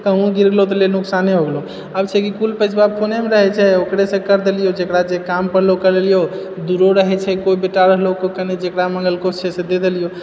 कही गिरले तऽ ले नोकसाने हो गेलैअब छै कि कुल तऽ नहि ने रहै छै ओकरेसँ कर देलियौ जेकरा जे काम पड़लौ कए लेलियौ विरोध रहै छै कोइ बेटा रहलहुँ उस समय जेकरा मङ्गलको से चीज दे देलियहुँ